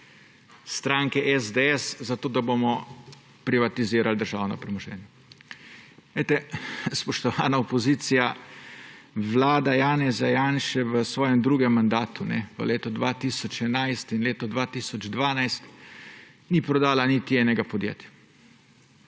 stranke SDS zato, da bomo privatizirali državno premoženje. Poglejte, spoštovana opozicija, vlada Janeza Janše v svojem drugem mandatu, leta 2011 in leto 2012 ni prodala niti enega podjetja.